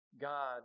God